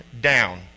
down